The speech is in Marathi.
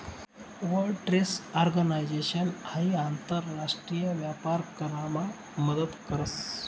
वर्ल्ड ट्रेड ऑर्गनाईजेशन हाई आंतर राष्ट्रीय व्यापार करामा मदत करस